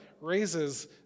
raises